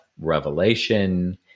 revelation